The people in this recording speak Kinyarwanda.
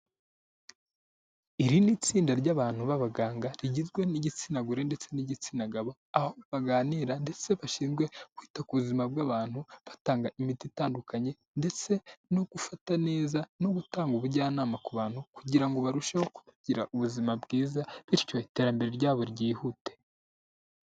Iri ni itsinda ry'abantu b'abaganga rigizwe n'igitsina gore ndetse n'igitsina gabo, aho baganira ndetse bashinzwe kwita ku buzima bw'abantu batanga imiti itandukanye ndetse no gufata neza no gutanga ubujyanama ku bantu kugira ngo barusheho kugira ubuzima bwiza bityo iterambere ry'abo ryihute.